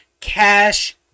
cash